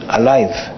alive